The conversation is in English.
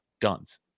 guns